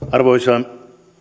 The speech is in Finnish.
arvoisa